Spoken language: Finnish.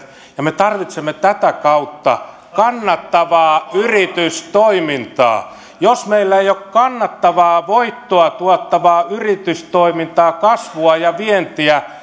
ja me tarvitsemme tätä kautta kannattavaa yritystoimintaa jos meillä ei ole kannattavaa voittoa tuottavaa yritystoimintaa kasvua ja vientiä